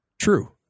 True